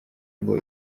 ngo